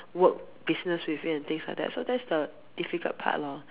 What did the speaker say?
work business with you and things like that so that's the difficult part loh